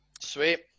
Sweet